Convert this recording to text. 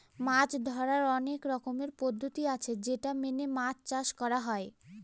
মাছ ধরার অনেক রকমের পদ্ধতি আছে যেটা মেনে মাছ চাষ করা হয়